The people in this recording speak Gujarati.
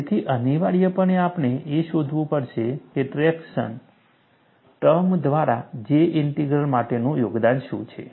તેથી અનિવાર્યપણે આપણે એ શોધવું પડશે કે ટ્રેક્શન ટર્મ દ્વારા J ઇન્ટિગ્રલ માટેનું યોગદાન શું છે